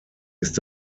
ist